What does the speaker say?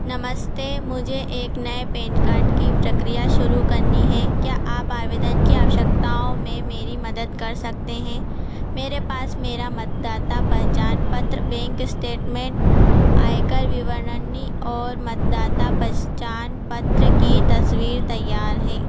नमस्ते मुझे एक नए पैन कार्ड की प्रक्रिया शुरू करनी है क्या आप आवेदन की आवश्यकताओं में मेरी मदद कर सकते हैं मेरे पास मेरा मतदाता पहचान पत्र बैंक स्टेटमेंट आयकर विवरणी और मतदाता पहचान पत्र की तस्वीर तैयार है